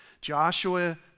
Joshua